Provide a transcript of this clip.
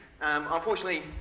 Unfortunately